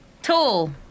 Tall